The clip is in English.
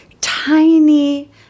tiny